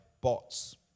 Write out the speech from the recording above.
bots